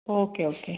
okay okay